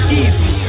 easy